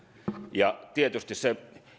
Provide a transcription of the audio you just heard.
ja tietysti se